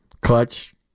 Clutch